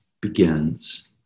begins